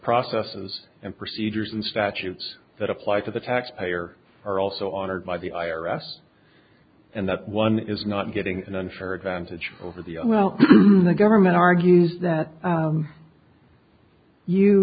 processes and procedures and statutes that apply to the taxpayer are also honored by the i r s and that one is not getting an unfair advantage over the oh well the government argues that you you